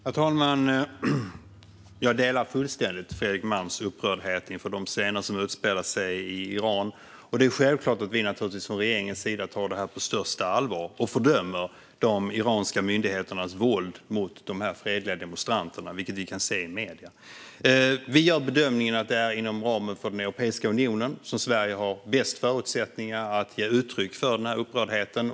Herr talman! Jag delar fullständigt Fredrik Malms upprördhet inför de scener som utspelar sig i Iran. Det är självklart att vi från regeringens sida tar det här på största allvar och fördömer de iranska myndigheternas våld mot dessa fredliga demonstranter, ett våld vi kan se i medierna. Vi gör bedömningen att det är inom ramen för Europeiska unionen som Sverige har bäst förutsättningar att ge uttryck för den här upprördheten.